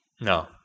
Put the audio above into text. No